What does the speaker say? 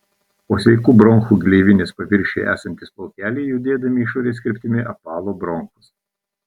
o sveikų bronchų gleivinės paviršiuje esantys plaukeliai judėdami išorės kryptimi apvalo bronchus